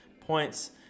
points